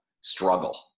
struggle